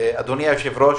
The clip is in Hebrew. אדוני היושב-ראש,